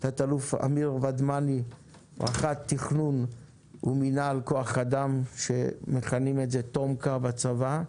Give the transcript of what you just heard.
תא"ל אמיר ודמני רח"ט תכנון ומינהל כח אדם שמכנים את זה תומק"א בצבא.